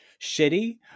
shitty